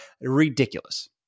ridiculous